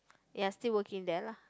ya still working there lah